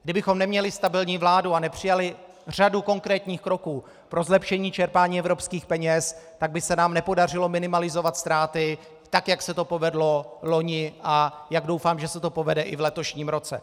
Kdybychom neměli stabilní vládu a nepřijali řadu konkrétních kroků pro zlepšení čerpání evropských peněz, tak by se nám nepodařilo minimalizovat ztráty tak, jak se to povedlo loni a jak se to povede, doufám, i v letošním roce.